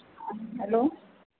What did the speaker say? hello